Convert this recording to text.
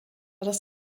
das